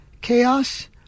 chaos